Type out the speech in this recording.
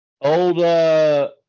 old